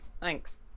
thanks